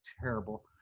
terrible